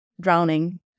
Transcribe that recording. drowning